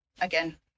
again